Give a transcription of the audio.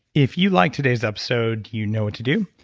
if you like today's episode, you know what to do.